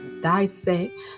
dissect